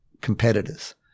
competitors